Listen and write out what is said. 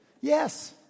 Yes